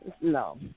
no